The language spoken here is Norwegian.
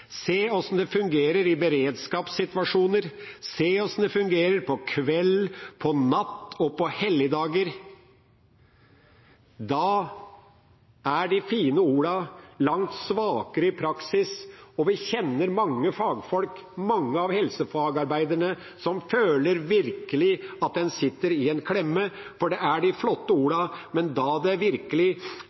det fungerer i beredskapssituasjoner, og hvordan det fungerer kveld, natt og helligdager. Da er de fine ordene langt svakere i praksis, og vi kjenner mange fagfolk, mange av helsefagarbeiderne, som virkelig føler at de sitter i en klemme, for de har de flotte ordene, men når det virkelig